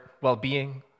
well-being